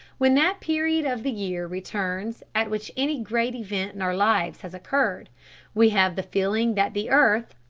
when that period of the year returns at which any great event in our lives has occurred we have the feeling that the earth,